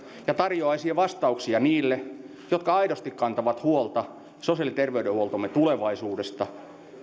ja tarjoaisi vastauksia niille jotka aidosti kantavat huolta sosiaali ja terveydenhuoltomme tulevaisuudesta